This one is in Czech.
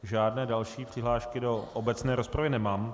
Žádné další přihlášky do obecné rozpravy nemám.